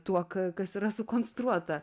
tuo kas yra sukonstruota